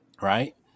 Right